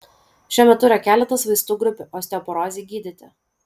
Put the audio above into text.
šiuo metu yra keletas vaistų grupių osteoporozei gydyti